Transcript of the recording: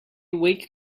wake